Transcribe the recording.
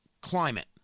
climate